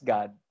God